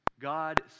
God